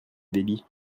delhi